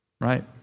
Right